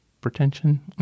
pretension